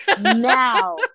now